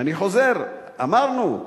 אני חוזר: אמרנו,